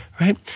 right